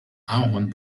ahorn